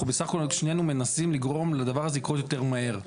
אנחנו סך הכל שנינו מנסים לגרום לדבר הזה לקרות יותר מהר.